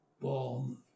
bomb